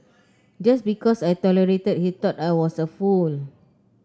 just because I tolerated he thought I was a fool